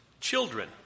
children